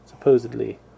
Supposedly